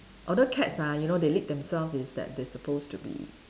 although cats ah you know they lick themselves is that they supposed to be